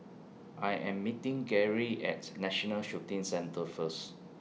I Am meeting Garey At National Shooting Centre First